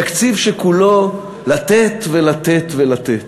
תקציב שכולו לתת ולתת ולתת: